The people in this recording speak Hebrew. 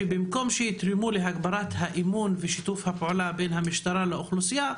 שבמקום שיתרמו להגברת האמון ושיתוף הפעולה בין המשטרה לאוכלוסייה,